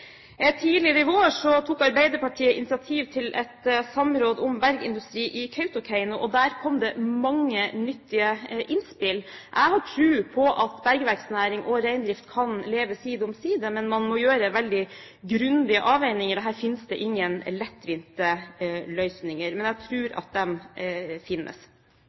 Tidligere i vår tok Arbeiderpartiet initiativ til et samråd om bergindustri i Kautokeino. Der kom det mange nyttige innspill. Jeg har tro på at bergverksnæring og reindrift kan leve side om side, men man må gjøre veldig grundige avveininger. Det finnes ingen lettvinte løsninger, men jeg tror det finnes